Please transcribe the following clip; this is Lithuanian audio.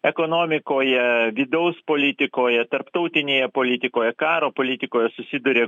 ekonomikoje vidaus politikoje tarptautinėje politikoje karo politikoje susiduria